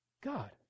God